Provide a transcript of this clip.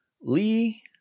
Lee